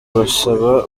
basaba